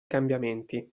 cambiamenti